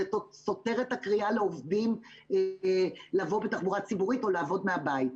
זה סותר את הקריאה לעובדים לבוא בתחבורה ציבורית או לעבוד מהבית.